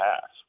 half